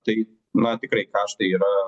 tai na tikrai karštai yra